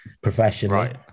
professionally